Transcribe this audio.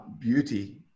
beauty